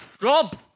Rob